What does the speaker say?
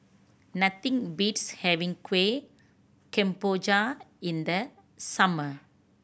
nothing beats having Kueh Kemboja in the summer